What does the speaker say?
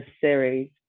series